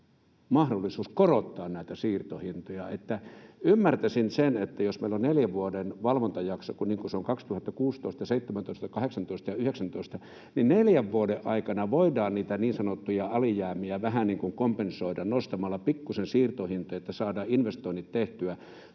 mahdollisuus korottaa näitä siirtohintoja. Ymmärtäisin sen, jos meillä on neljän vuoden valvontajakso — niin kuin on 2016, 2017, 2018 ja 2019 — että neljän vuoden aikana voidaan niitä niin sanottuja alijäämiä vähän niin kuin kompensoida nostamalla pikkusen siirtohintoja, että saadaan investoinnit tehtyä,